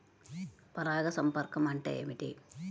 పరాగ సంపర్కం అంటే ఏమిటి?